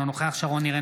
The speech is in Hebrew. אינו נוכח שרון ניר,